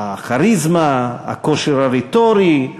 הכריזמה, הכושר הרטורי,